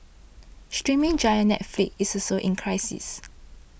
streaming giant Netflix is also in crisis